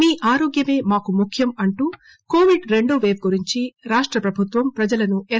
మీ ఆరోగ్యమే మాకు ముఖ్యం అంటూ కోవిడ్ రెండో పేవ్ గురించి రాష్టప్రభుత్వం ప్రజలను ఎస్